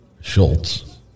Schultz